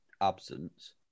absence